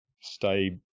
stay